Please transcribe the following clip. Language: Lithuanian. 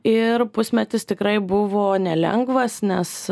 ir pusmetis tikrai buvo nelengvas nes